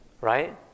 right